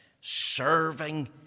serving